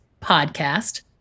podcast